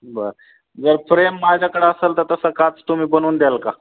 बरं जर फ्रेम माझ्याकडं असंल तर तसं काच तुम्ही बनवून द्याल का